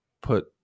put